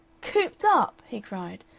cooped up! he cried.